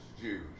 Jews